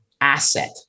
asset